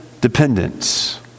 dependence